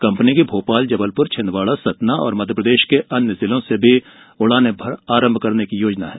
company की भोपाल जबलपुर छिंदवाड़ा सतना और मध्यप्रदेश के अन्य जिलों से भी उड़ानें आरंभ करने की योजना है